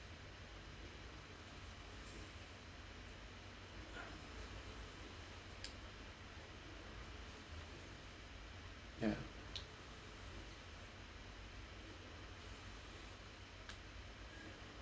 ya